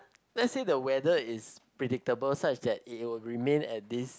let's say the weather is predictable such that it will remain at this